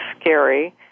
scary